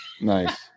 Nice